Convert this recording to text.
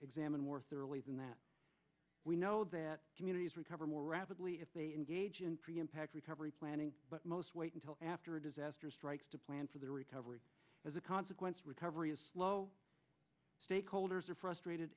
examined more thoroughly than that we know that communities recover more rapidly if they engage in pre impact recovery planning but most wait until after a disaster strikes to plan for their recovery as a consequence recovery is slow stakeholders are frustrated